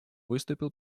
выступил